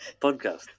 podcast